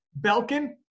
Belkin